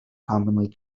commonly